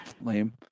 Lame